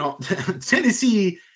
Tennessee